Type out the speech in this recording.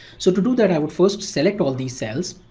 so to do that i would first select all these cells.